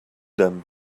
them